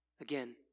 Again